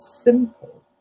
simple